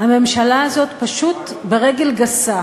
הממשלה הזאת פשוט רומסת ברגל גסה